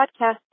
podcast